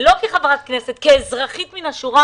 אדוני היושב-ראש,